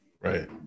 Right